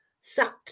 sat